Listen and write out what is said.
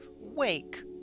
Wake